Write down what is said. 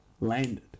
landed